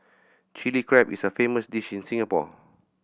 Chilli Crab is a famous dish in Singapore